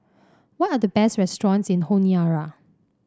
what are the best restaurants in Honiara